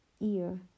ear